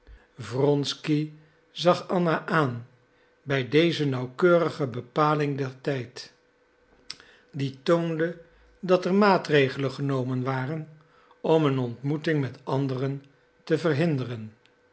wronsky zag anna aan bij deze nauwkeurige bepaling van den tijd die toonde dat er maatregelen genomen waren om een ontmoeting met anderen te verhinderen